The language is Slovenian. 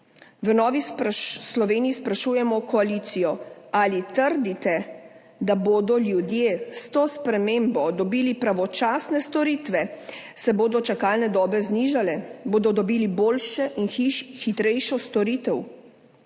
V Novi Sloveniji sprašujemo koalicijo, ali trdite, da bodo ljudje s to spremembo dobili pravočasne storitve? Se bodo čakalne dobe znižale, bodo dobili boljše in hitrejše storitve?